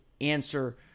answer